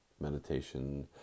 meditation